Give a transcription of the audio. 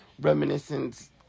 reminiscence